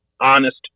honest